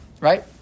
right